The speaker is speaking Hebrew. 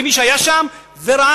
כמי שהיה שם וראה,